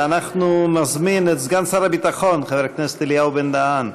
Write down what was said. ואנחנו נזמין את סגן שר הביטחון חבר הכנסת אלי בן-דהן.